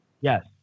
Yes